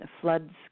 floods